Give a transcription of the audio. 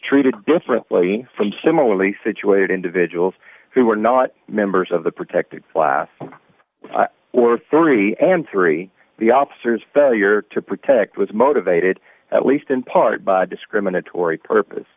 treated differently from similarly situated individuals who were not members of the protected class or three and three the officers failure to protect was motivated at least in part by discriminatory purpose